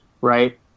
right